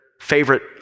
favorite